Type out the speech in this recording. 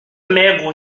maigre